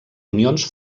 unions